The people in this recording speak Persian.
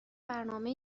برنامه